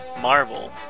Marvel